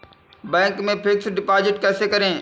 Bank में fix deposit कैसे करें?